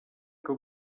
que